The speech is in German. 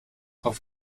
auf